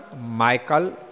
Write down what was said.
Michael